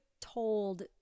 told